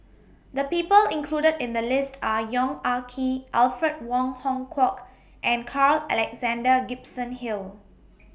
The People included in The list Are Yong Ah Kee Alfred Wong Hong Kwok and Carl Alexander Gibson Hill